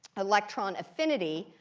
electron affinity.